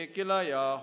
Kilaya